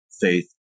faith